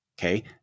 Okay